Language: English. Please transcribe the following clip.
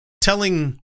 telling